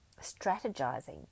strategizing